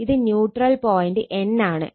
ഇത് neutral point N ആണ്